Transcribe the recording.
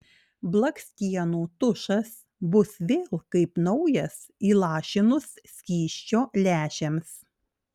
blakstienų tušas bus vėl kaip naujas įlašinus skysčio lęšiams